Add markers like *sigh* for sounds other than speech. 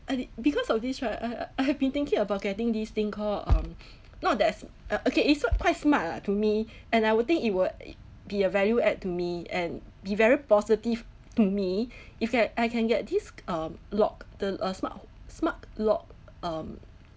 I think because of this right I I have been thinking about getting this thing called um *breath* not that's uh okay it's not quite smart lah to me *breath* and I would think it would e~ be a value add to me and be very positive to me *breath* if get I can get this um lock the uh smart smart lock um